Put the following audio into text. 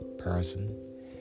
person